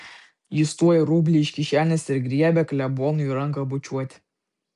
jis tuoj rublį iš kišenės ir griebia klebonui ranką bučiuoti